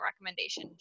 recommendation